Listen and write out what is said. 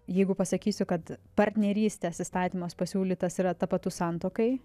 jeigu pasakysiu kad partnerystės įstatymas pasiūlytas yra tapatus santuokai